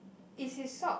is his sock